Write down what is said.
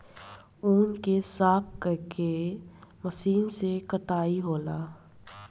ऊँन के साफ क के मशीन से कताई होला